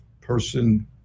person